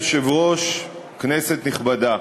אדוני היושב-ראש, כנסת נכבדה,